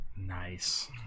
nice